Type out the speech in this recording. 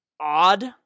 odd